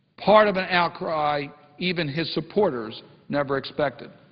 part of an outcry even his supporters never expected.